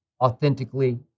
authentically